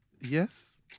Yes